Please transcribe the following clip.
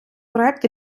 проект